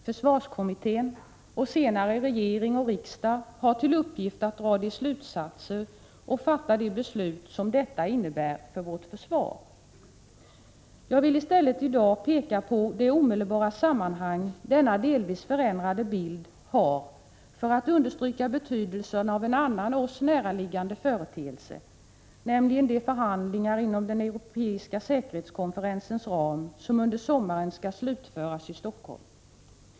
Försvarskommittén och senare regering och riksdag har till uppgift att dra de slutsatser och fatta de beslut som detta innebär för vårt försvar. Jag vill i stället i dag peka på det omedelbara sammanhang denna delvis förändrade bild har för att understryka betydelsen av en annan oss närliggande företeelse, nämligen de förhandlingar inom den europeiska säkerhetskonferensens ram som under sommaren skall slutföras i Helsingfors.